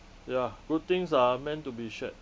ya good things are meant to be shared